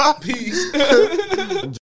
Peace